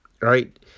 right